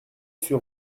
sur